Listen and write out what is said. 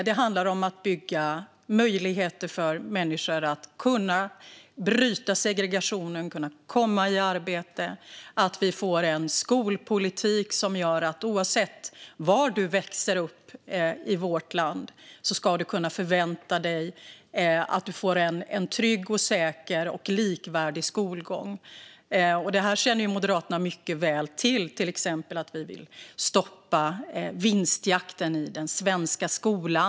Det handlar om att bygga möjligheter för människor att bryta segregationen och komma i arbete. Det handlar om att få en skolpolitik som gör att man ska kunna förvänta sig en trygg, säker och likvärdig skolgång oavsett var i vårt land man växer upp. Moderaterna känner mycket väl till att vi exempelvis vill stoppa vinstjakten i den svenska skolan.